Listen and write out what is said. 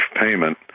payment